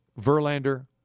Verlander